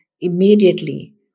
immediately